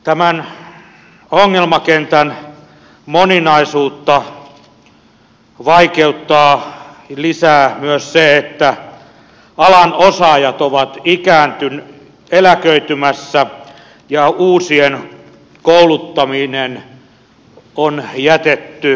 tämän ongelmakentän moninaisuutta vaikeuttaa lisää myös se että alan osaajat ovat eläköitymässä ja uusien kouluttaminen on jätetty retuperälle